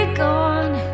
gone